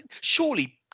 surely